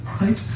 right